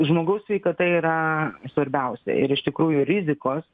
žmogaus sveikata yra svarbiausia ir iš tikrųjų rizikos